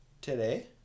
today